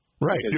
Right